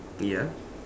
ya